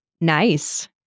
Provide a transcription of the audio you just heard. Nice